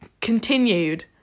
continued